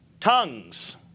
tongues